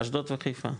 אשדוד וחיפה.